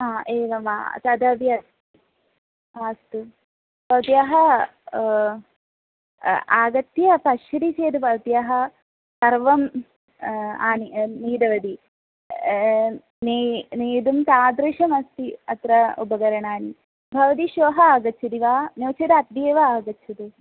हा एवं वा तदपि अस् आ अस्तु भवती आगत्य पश्यती चेद् भवत्याः सर्वम् आनीतवती ने नेतुं तादृशमस्ति अत्र उपकरणानि भवन्ति श्वः आगच्छति वा नो चेत् अद्य एव आगच्छतु